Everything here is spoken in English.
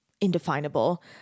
indefinable